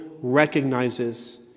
recognizes